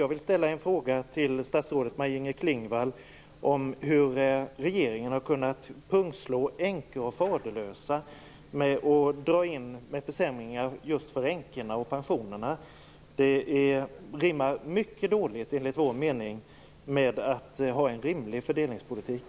Jag vill ställa en fråga till statsrådet Maj Inger Klingvall om hur regeringen har kunnat pungslå änkor och faderlösa genom försämringar av deras pensioner. Det rimmar enligt vår mening mycket dåligt med en rimlig fördelningspolitik.